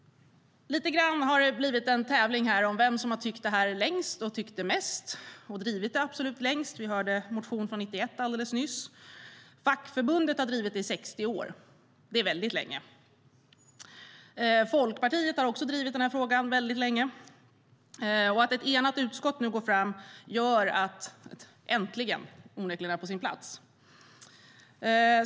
Lite grann har det i dag blivit en tävling om vem som har tyckt detta längst och mest och drivit det längst. Vi hörde alldeles nyss om en motion från 1991. Fackförbundet har drivit det i 60 år, vilket är väldigt länge. Folkpartiet har också drivit frågan länge. Att ett enat utskott nu går fram med detta gör att ett "äntligen" onekligen är på sin plats.